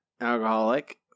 alcoholic